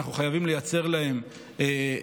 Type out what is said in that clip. אנחנו חייבים לייצר להם יתרונות,